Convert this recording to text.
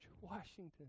Washington